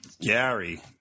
Gary